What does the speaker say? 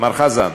מר חזן,